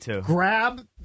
grab